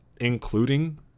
Including